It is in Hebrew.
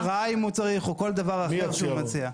אשראי אם הוא צריך או כל דבר אחר שהוא מציע.